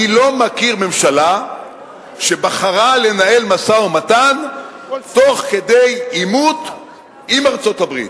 אני לא מכיר ממשלה שבחרה לנהל משא-ומתן תוך כדי עימות עם ארצות-הברית,